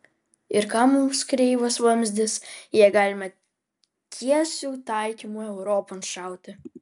ir kam mums kreivas vamzdis jei galime tiesiu taikymu europon šauti